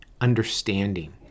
understanding